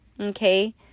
Okay